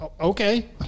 Okay